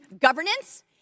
governance